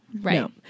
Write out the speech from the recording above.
Right